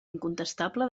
incontestable